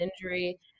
injury